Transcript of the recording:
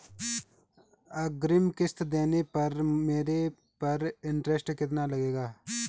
अग्रिम किश्त देने पर मेरे पर इंट्रेस्ट कितना लगेगा?